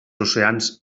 oceans